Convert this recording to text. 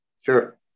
Sure